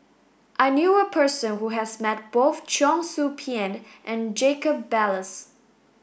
I knew a person who has met both Cheong Soo Pieng and Jacob Ballas